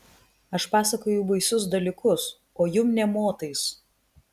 aš pasakoju baisius dalykus o jum nė motais